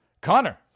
Connor